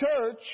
church